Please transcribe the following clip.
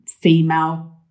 female